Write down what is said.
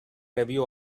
review